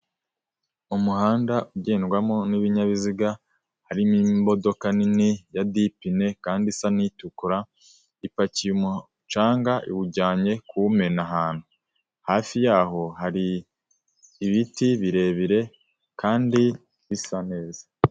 Umuhanda ugendwamo n'ibinyabiziga harimo imodokadoka nini ya dipine kandi isa n'itukura ipakiye umucanga iwujyanye kuwumena ahantu, hafi yaho hari ibiti birebire kandi bisa neza.